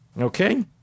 okay